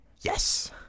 yes